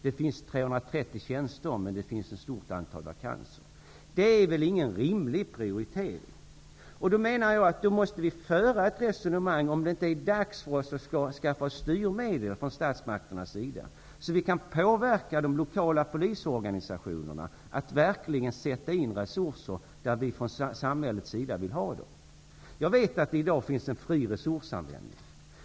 Det finns 330 tjänster, men det finns ett stort antal vakanser. De är väl ingen rimlig prioritet. Vi måste föra ett resonemang om ifall det inte är dags för oss att skaffa oss styrmedel från statsmakterna, så att vi kan påverka de lokala polisorganisationerna att verkligen sätta in resurser där vi vill ha dem. Jag vet att det i dag finns en fri resursanvändning.